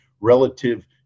relative